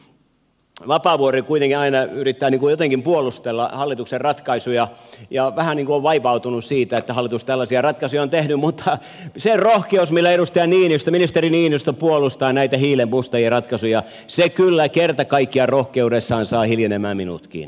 ministeri vapaavuori kuitenkin aina yrittää jotenkin puolustella hallituksen ratkaisuja ja vähän niin kuin on vaivautunut siitä että hallitus tällaisia ratkaisuja on tehnyt mutta se rohkeus millä ministeri niinistö puolustaa näitä hiilenmustia ratkaisuja se kyllä kerta kaikkiaan rohkeudessaan saa hiljenemään minutkin